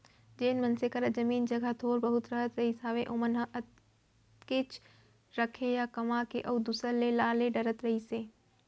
जेन मनसे करा जमीन जघा थोर बहुत रहत रहिस हावय ओमन ह ओतकेच रखय या कमा के अउ दूसर के ला ले डरत रहिस हे